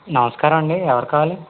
నమస్కారమండి ఎవరు కావాలి